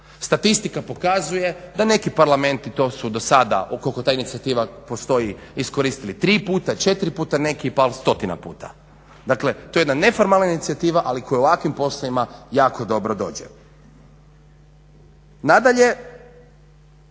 Statistika pokazuje da neki parlamenti to su dosada koliko ta inicijativa postoji iskoristili 3 puta, 4 puta neki par stotina puta. Dakle, to je jedna neformalna inicijativa ali koja u ovakvim poslovima jako dobro dođe. Nadalje,